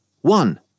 one